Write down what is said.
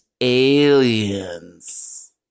aliens